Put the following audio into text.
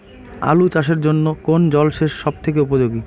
আলু চাষের জন্য কোন জল সেচ সব থেকে উপযোগী?